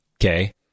okay